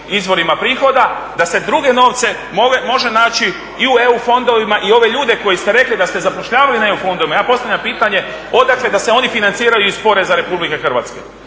izvorima prihoda, da se druge novce može naći i u EU fondovima i ove ljude koji ste rekli da se zapošljavaju na EU fondovima, ja postavljam pitanje odakle da se oni financiraju iz poreza RH? Ako se